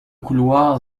couloir